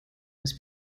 was